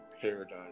paradigm